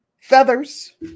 feathers